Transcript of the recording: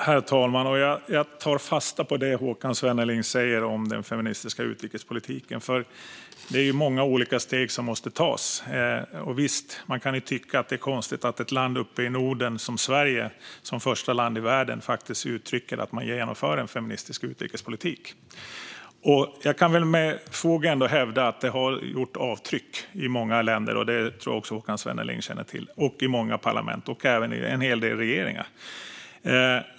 Herr talman! Jag tar fasta på det Håkan Svenneling säger om den feministiska utrikespolitiken, för det är många olika steg som måste tas. Visst kan man tycka att det är konstigt att ett land uppe i Norden som Sverige som första land i världen uttrycker att man genomför en feministisk utrikespolitik. Jag kan med fog ändå hävda att den har gjort avtryck i många länder, och det tror jag att också Håkan Svenneling känner till. Den har gjort avtryck i många parlament och även i en hel del regeringar.